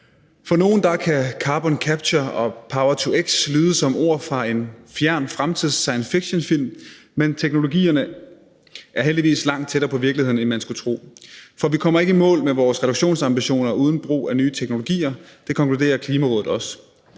For nogle kan carboncapture og power-to-x lyde som ord fra en fjern fremtids- eller science fiction-film, men teknologierne er heldigvis langt tættere på virkeligheden, end man skulle tro. For vi kommer ikke i mål med vores reduktionsambitioner uden brug af nye teknologier. Det konkluderer Klimarådet også.